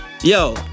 yo